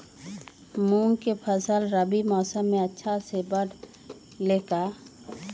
मूंग के फसल रबी मौसम में अच्छा से बढ़ ले का?